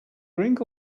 drink